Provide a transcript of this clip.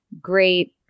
great